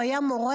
הוא היה מורה,